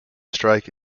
strike